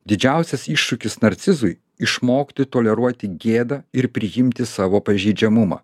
didžiausias iššūkis narcizui išmokti toleruoti gėdą ir priimti savo pažeidžiamumą